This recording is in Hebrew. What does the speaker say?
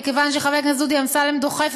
מכיוון שחבר הכנסת דודי אמסלם דוחף